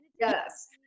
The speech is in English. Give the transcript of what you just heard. Yes